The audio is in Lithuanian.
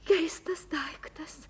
keistas daiktas